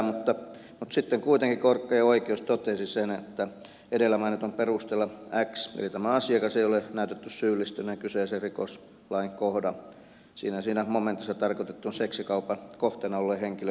mutta sitten kuitenkin korkein oikeus totesi sen että edellä mainitun perusteella xn eli tämän asiakkaan ei ole näytetty syyllistyneen kyseisen rikoslain kohdan siinä ja siinä momentissa tarkoitettuun seksikaupan kohteena olleen henkilön hyväksikäyttöön